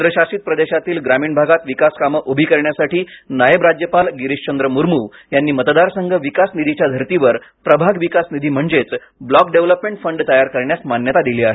केंद्रशासित प्रदेशातील ग्रामीण भागात विकासकामं उभी करण्यासाठी नायब राज्यपाल गिरीशचंद्र मुर्मू यांनी मतदारसंघ विकास निधीच्या धर्तीवर प्रभाग विकास निधी म्हणजेच ब्लॉक डेव्हलपमेंट फंड तयार करण्यास मान्यता दिली आहे